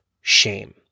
shame